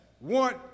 want